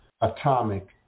atomic